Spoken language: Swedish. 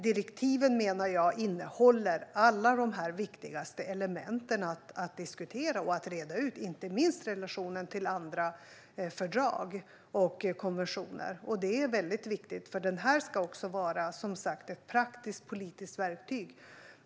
Direktiven, menar jag, innehåller alla de viktigaste elementen att diskutera och reda ut, inte minst relationen till andra fördrag och konventioner. Det är viktigt, för den här konventionen ska som sagt också vara ett praktiskt politiskt verktyg.